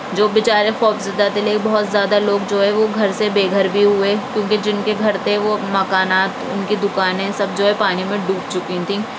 جو بیچارے خوفزدہ تھے لیکن بہت زیادہ لوگ جو ہے وہ گھر سے بے گھر بھی ہوئے کیونکہ جن کے گھر تھے وہ مکانات ان کی دکانیں سب جو ہے پانی میں ڈوب چکی تھیں